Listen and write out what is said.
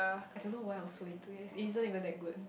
I don't know why I was so into it it isn't even that good